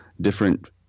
different